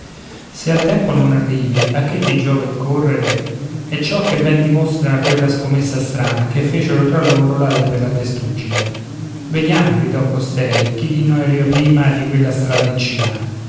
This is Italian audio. se a tempo non arrivi a che ti giova il correre è ciò che ben dimostra quella scommessa strana che fecero fra loro la lepre e la testuggine vediam gridò costei chi di noi arriva prima di quella strada in cima